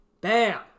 Bam